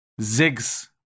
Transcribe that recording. zigs